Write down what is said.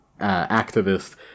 activist